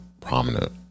prominent